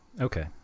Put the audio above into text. Okay